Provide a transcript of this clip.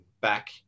Back